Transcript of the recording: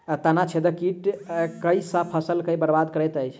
तना छेदक कीट केँ सँ फसल केँ बरबाद करैत अछि?